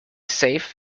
safe